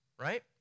right